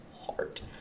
heart